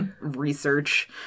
research